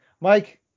Mike